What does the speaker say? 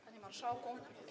Panie Marszałku!